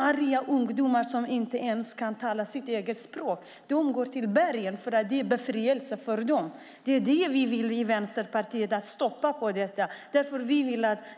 Arga ungdomar som inte ens kan tala sitt eget språk åker till bergen för att ge befrielse för dem. Det är detta vi vill stoppa i Vänsterpartiet. Därför vill